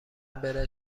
بره